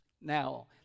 Now